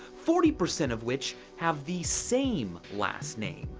forty percent of which have the same last name.